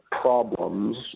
problems